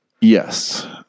Yes